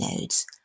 nodes